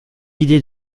idée